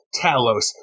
Talos